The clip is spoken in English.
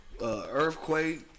Earthquake